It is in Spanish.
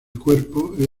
cuerpo